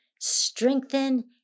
strengthen